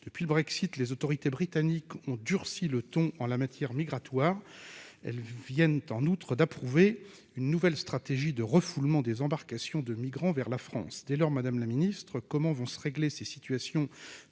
Depuis le Brexit, les autorités britanniques ont durci le ton en matière migratoire. Elles viennent en outre d'approuver une nouvelle stratégie de refoulement des embarcations de migrants vers la France. Dès lors, madame la ministre, face à un Royaume-Uni qui